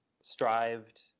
strived